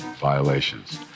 violations